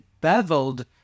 beveled